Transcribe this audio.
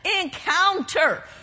encounter